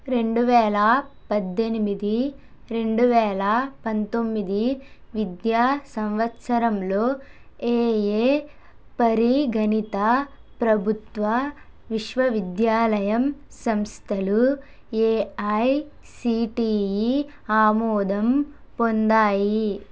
రెండు వేల పద్దెనిమిది రెండు వేల పంతొమ్మిది విద్యా సంవత్సరంలో ఏయే పరీ గణిత ప్రభుత్వ విశ్వవిద్యాలయం సంస్థలు ఏఐసీటీఈ ఆమోదం పొందాయి